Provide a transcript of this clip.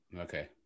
Okay